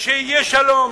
שיהיה שלום,